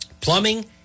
Plumbing